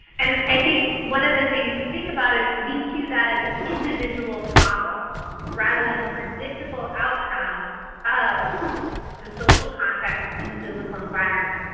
and i think one of the things we think about is, we see that as an individual problem rather than a predictable outcome of the social context and the physical environment.